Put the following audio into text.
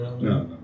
No